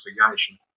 investigation